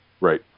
Right